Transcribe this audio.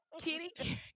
kitty